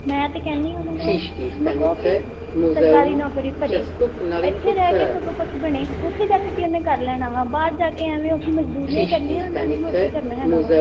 ਮੈਂ ਤਾਂ ਕਹਿੰਦੀ ਹਾਂ ਉਹਨੂੰ ਕੋਲ ਉਹਨੂੰ ਕਹੋ ਕਿ ਸਰਕਾਰੀ ਨੌਕਰੀ ਭਰੇ ਇੱਥੇ ਰਹਿ ਕੇ ਸਗੋਂ ਕੁਛ ਬਣੇ ਉੱਥੇ ਜਾ ਕੇ ਕੀ ਉਹਨੇ ਕਰ ਲੈਣਾ ਵਾ ਬਾਹਰ ਜਾ ਕੇ ਐਵੇਂ ਉਹੀ ਮਜ਼ਦੂਰੀਆਂ ਹੀ ਕਰਨੀਆਂ ਉਹਨਾਂ ਨੇ ਹੋਰ ਕੀ ਕਰਨਾ ਹੈਗਾ ਵਾ